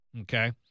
Okay